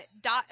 dot